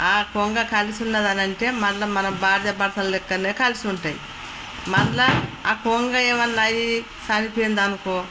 ఆ కొంగ కలిసి ఉన్నది అని అంటే మళ్ళీ మనం భార్య భర్తలు లాగానే కలిసి ఉంటాయి మళ్ళా ఆ కొంగ ఏమైనా అయి చనిపోయిందనుకో